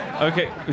Okay